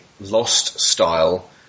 lost-style